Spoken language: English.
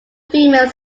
female